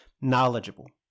knowledgeable